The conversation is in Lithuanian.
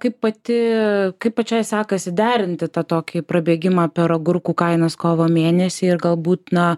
kaip pati kaip pačiai sekasi derinti tą tokį prabėgimą per agurkų kainas kovo mėnesį ir galbūt na